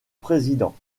président